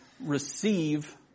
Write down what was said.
receive